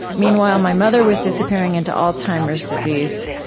meanwhile, my mother was disappearing into alzheimer's disease.